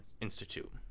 Institute